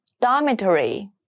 Dormitory